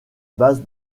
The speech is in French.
base